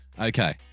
Okay